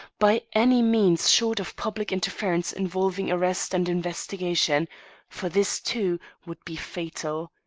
by any means short of public interference involving arrest and investigation for this, too, would be fatal.